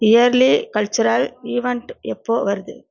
yearly cultural event எப்போது வருது